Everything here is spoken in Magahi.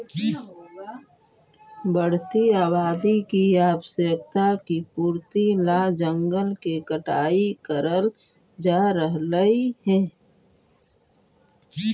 बढ़ती आबादी की आवश्यकता की पूर्ति ला जंगल के कटाई करल जा रहलइ हे